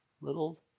little